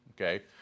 okay